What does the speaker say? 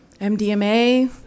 MDMA